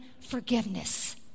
forgiveness